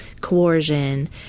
coercion